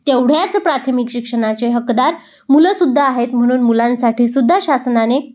तेवढ्याच प्राथमिक शिक्षणाचे हकदार मुलंसुद्धा आहेत म्हणून मुलांसाठीसुद्धा शासनाने